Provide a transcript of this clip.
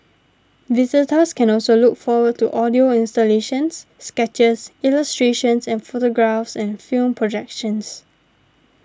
visitors can also look forward to audio installations sketches illustrations and photographs and film projections